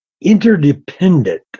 interdependent